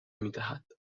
میدهد